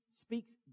speaks